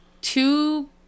Two